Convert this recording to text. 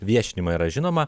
viešinimą yra žinoma